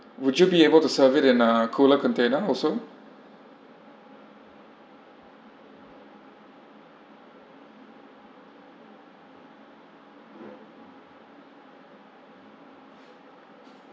would you be able to serve it in a cooler container also